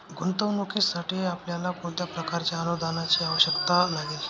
गुंतवणुकीसाठी आपल्याला कोणत्या प्रकारच्या अनुदानाची आवश्यकता लागेल?